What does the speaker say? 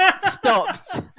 stopped